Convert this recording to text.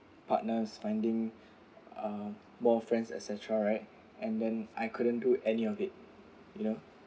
partners finding uh more friends etcetera right and then I couldn't do any of it you know